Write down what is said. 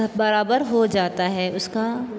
बराबर हो जाता है उसका